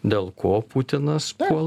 dėl ko putinas puola